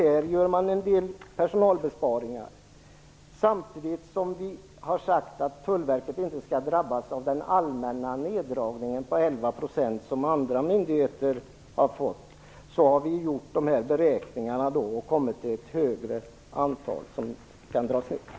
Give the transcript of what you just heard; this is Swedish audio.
Här gör man en del personalbesparingar. Samtidigt har vi sagt att Tullverket inte skall drabbas av den neddragning på 11 % som andra myndigheter har fått vidkännas. Vi har därför kommit fram till att ett större antal tjänster kan dras in.